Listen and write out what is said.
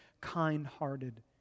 kind-hearted